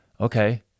okay